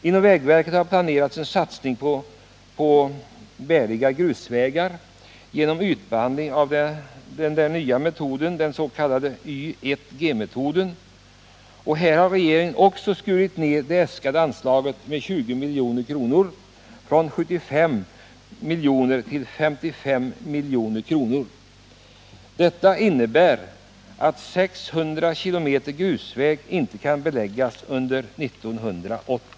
Vägverket har planerat en satsning på bäriga grusvägar genom ytbehandling med den s.k. YIG-metoden. Regeringen har skurit ned det för detta ändamål äskade anslaget med 20 milj.kr. — från 75 till 55 milj.kr. Detta innebär att 600 km grusväg inte kan beläggas under nästa budgetår.